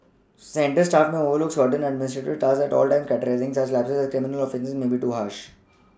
centre staff may overlook certain administrative tasks at times and categorising such lapses as criminal offences may be too harsh